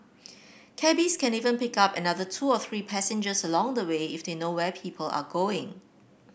cabbies can even pick up another two or three passengers along the way if they know where people are going